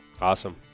awesome